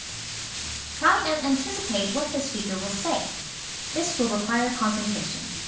try and anticipate what the speaker will say this will require concentration.